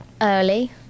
early